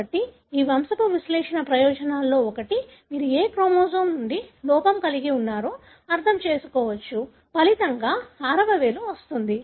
కాబట్టి ఈ వంశపు విశ్లేషణ యొక్క ప్రయోజనాల్లో ఒకటి మీరు ఏ క్రోమోజోమ్ నుండి లోపం కలిగి ఉన్నారో అర్థం చేసుకోవచ్చు ఫలితంగా ఆరవ వేలు వస్తుంది